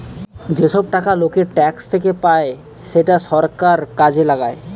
যেসব টাকা লোকের ট্যাক্স থেকে পায় সেটা সরকার কাজে লাগায়